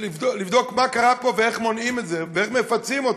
לבדוק מה קרה פה ואיך מונעים את זה ואיך מפצים אותם.